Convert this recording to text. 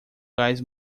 gás